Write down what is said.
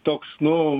toks nu